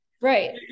right